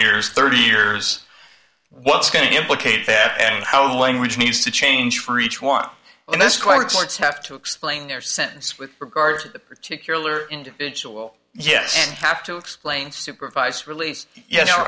years thirty years what's going to implicate that and how language needs to change for each one and that's quite a courts have to explain their sentence with regard to that particular individual yes and have to explain supervised rel